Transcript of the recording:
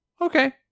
Okay